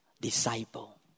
disciple